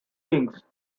kings